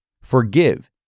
forgive